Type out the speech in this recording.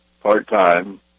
part-time